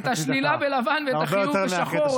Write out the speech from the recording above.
את השלילה בלבן ואת החיוב בשחור.